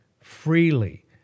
freely